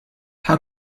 how